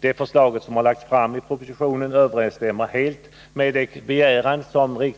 Det förslag som har lagts fram i propositionen överensstämmer helt med den begäran som